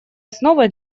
основы